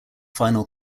final